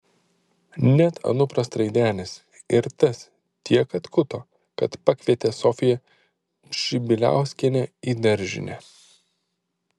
net anupras traidenis ir tas tiek atkuto kad pakvietė sofiją pšibiliauskienę į daržinę